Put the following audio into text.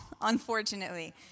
unfortunately